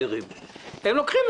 הם ייקחו את זה דרך השב"ן.